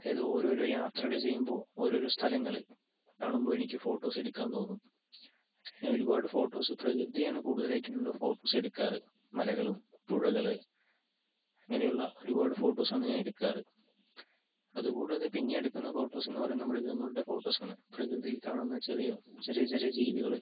അതായത് ഓരോരോ യാത്രകൾ ചെയ്യുമ്പോൾ ഓരോരോ സ്ഥലങ്ങള് കാണുമ്പോൾ എനിക്ക് ഫോട്ടോസ് എടുക്കാൻ തോന്നും ഒരുപാട് ഫോട്ടോസ് പ്രകൃതിയെയാണ് കൂടുതലായിട്ടും ഫോക്കസ് ചെയ്ത് എടുക്കാറ് മലകളും പുഴകള് അങ്ങനെയുള്ള ഒരുപാട് ഫോട്ടോസ് ആണ് ഞാൻ എടുക്കാറ് അത് കൂടാതെ പിന്നെ എടുക്കുന്ന ഫോട്ടോസ് എന്നുപറയുന്നത് മൃഗങ്ങളുടെ ഫോട്ടോസ് ആണ് പ്രകൃതിയിൽ കാണുന്ന ചെറിയ ചെറിയ ചെറിയ ജീവികള്